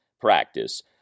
practice